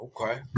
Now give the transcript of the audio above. Okay